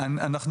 אדוני,